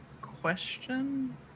question